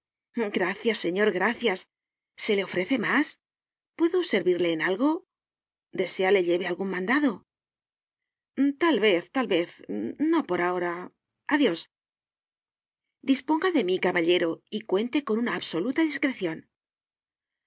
gracias señor gracias se le ofrece más puedo servirle en algo desea le lleve algún mandado tal vez tal vez no por ahora adiós disponga de mí caballero y cuente con una absoluta discreción